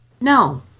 No